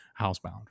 housebound